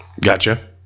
Gotcha